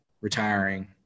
retiring